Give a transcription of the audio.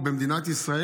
במדינת ישראל,